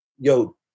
Yo